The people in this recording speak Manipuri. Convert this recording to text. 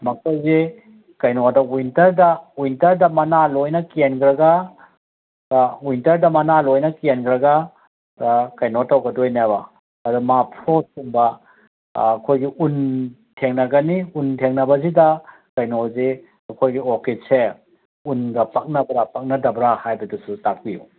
ꯃꯈꯣꯏꯗꯤ ꯀꯩꯅꯣꯗ ꯋꯤꯟꯇꯔꯗ ꯋꯤꯟꯇꯔꯗ ꯃꯅꯥ ꯂꯣꯏꯅ ꯀꯦꯟꯒ꯭ꯔꯒ ꯋꯤꯟꯇꯔꯗ ꯃꯅꯥ ꯂꯣꯏꯅ ꯀꯦꯟꯒ꯭ꯔꯒ ꯀꯩꯅꯣ ꯇꯧꯒꯗꯣꯏꯅꯦꯕ ꯑꯗꯣ ꯃꯥ ꯐ꯭ꯔꯣꯠꯀꯨꯝꯕ ꯑꯩꯈꯣꯏꯒꯤ ꯎꯟ ꯊꯦꯡꯅꯒꯅꯤ ꯎꯟ ꯊꯦꯡꯅꯕꯁꯤꯗ ꯀꯩꯅꯣꯁꯦ ꯑꯩꯈꯣꯏꯒꯤ ꯑꯣꯔꯀꯤꯠꯁꯦ ꯎꯟꯒ ꯄꯛꯅꯕ꯭ꯔꯥ ꯄꯛꯅꯗꯕ꯭ꯔꯥ ꯍꯥꯏꯕꯗꯨꯁꯨ ꯇꯥꯛꯄꯤꯌꯣ